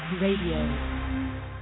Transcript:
Radio